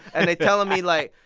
and they're telling me, like,